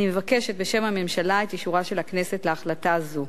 אני מבקשת בשם הממשלה את אישורה של הכנסת להחלטה זו.